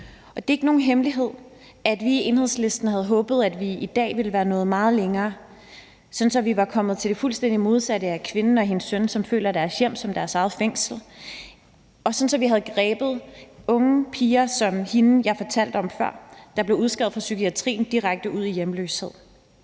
Det er ikke nogen hemmelighed, at vi i Enhedslisten havde håbet, at vi i dag ville være nået meget længere, sådan at vi var kommet til det fuldstændig modsatte i forhold til kvinden og hendes søn, som føler, at deres hjem er deres fængsel, og sådan at vi havde grebet unge piger som hende, jeg fortalte om før, der blev udskrevet fra psykiatrien direkte ud i hjemløshed.